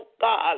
God